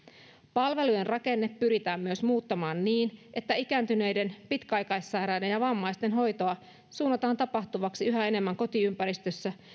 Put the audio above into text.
palvelujen rakenne pyritään myös muuttamaan niin että ikääntyneiden pitkäaikaissairaiden ja vammaisten hoitoa suunnataan tapahtuvaksi yhä enemmän kotiympäristössä